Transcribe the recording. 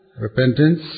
Repentance